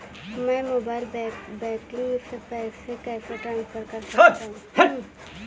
मैं mobile banking से पैसे कैसे ट्रांसफर कर सकता हूं?